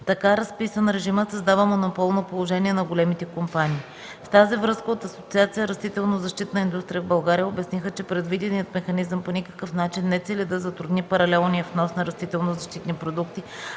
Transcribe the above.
Така разписан режимът създава монополно положение на големите компании. В тази връзка от Асоциация „Растителнозащитна индустрия в България” обясниха, че предвиденият механизъм по никакъв начин не цели да затрудни паралелния внос на растителнозащитни продукти,